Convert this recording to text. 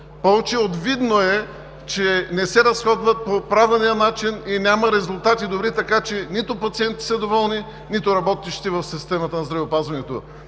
Повече от видно е, че не се разходват по правилния начин и няма добри резултати, така че нито пациентите са доволни, нито работещите в системата на здравеопазването.